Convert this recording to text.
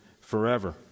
forever